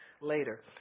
later